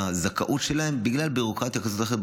הזכאות שלהם בגלל ביורוקרטיה כזו או אחרת.